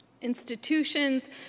Institutions